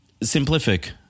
simplific